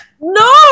No